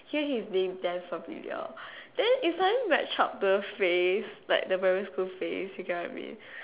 hear his name damn familiar then it suddenly match up to the face like the primary school face you get what I mean